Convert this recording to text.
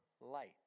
light